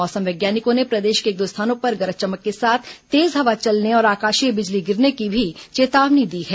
मौसम वैज्ञानिकों ने प्रदेश के एक दो स्थानों पर गरज चमक के साथ तेज हवा चलने और आकाशीय बिजली गिरने की भी चेतावनी दी है